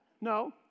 no